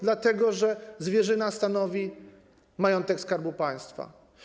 Dlatego że zwierzyna stanowi majątek Skarbu Państwa.